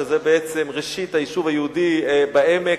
שזה בעצם ראשית היישוב היהודי בעמק,